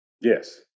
Yes